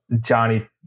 Johnny